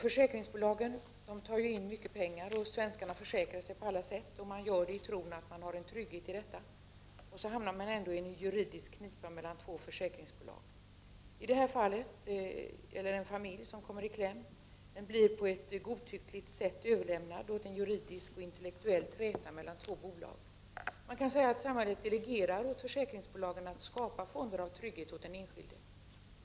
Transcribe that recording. Försäkringsbolagen tar ju in mycket pengar — svenskarna försäkrar sig på alla sätt och man gör det i tron att man har en trygghet i det, och så kan man ändå hamna i en juridisk knipa mellan två försäkringsbolag! Det här fallet gäller en familj som kommit i kläm. Den har på ett godtyckligt sätt blivit utlämnad till en juridisk och intellektuell träta mellan två bolag. Man kan säga att samhället delegerar åt försäkringsbolagen att skapa fonder av trygghet åt den enskilde.